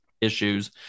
issues